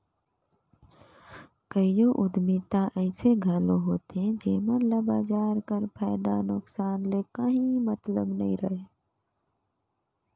कइयो उद्यमिता अइसे घलो होथे जेमन ल बजार कर फयदा नोसकान ले काहीं मतलब नी रहें